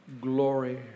Glory